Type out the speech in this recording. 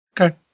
Okay